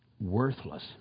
worthless